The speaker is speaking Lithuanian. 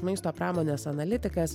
maisto pramonės analitikas